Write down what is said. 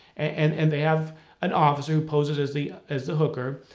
and and they have an officer who poses as the as the hooker.